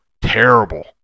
terrible